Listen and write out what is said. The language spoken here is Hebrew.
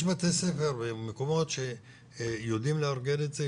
יש בתי ספר ומקומות שיודעים לארגן את זה,